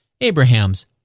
Abraham's